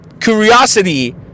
curiosity